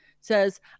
says